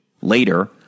Later